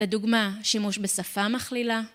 ‫לדוגמה, שימוש בשפה מכלילה.